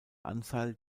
anzahl